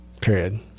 Period